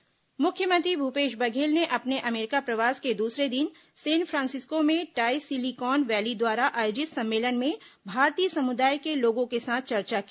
मुख्यमंत्री अमेरिका प्रवास मुख्यमंत्री भूपेश बघेल ने अपने अमेरिका प्रवास के दूसरे दिन सेन फ्रांसिस्को में टाई सिलिकॉन वैली द्वारा आयोजित सम्मेलन में भारतीय समुदाय के लोगों के साथ चर्चा की